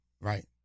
Right